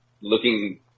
looking